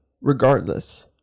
regardless